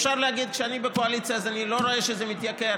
אפשר להגיד: כשאני בקואליציה אז אני לא רואה שזה מתייקר,